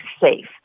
safe